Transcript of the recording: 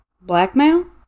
Blackmail